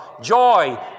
joy